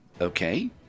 okay